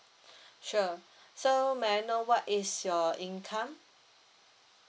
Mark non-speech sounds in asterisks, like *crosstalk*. *breath* sure *breath* so may I know what is your income